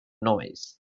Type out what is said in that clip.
noise